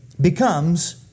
becomes